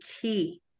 key